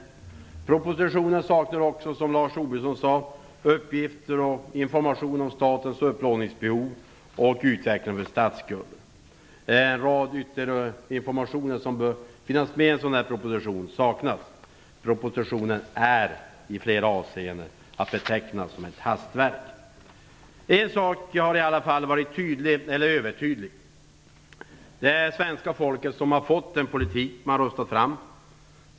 I propositionen saknas, som Lars Tobisson sade, uppgifter och information om statens upplåningsbehov och utvecklingen av statsskulden. En rad ytterligare uppgifter som bör finnas med i en sådan här proposition saknas. Propositionen är i flera avseenden att beteckna som ett hastverk. En sak har i alla fall varit tydlig eller övertydlig. Det svenska folket har fått den politik som det röstade fram.